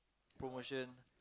promotion